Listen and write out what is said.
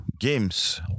games